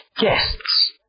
guests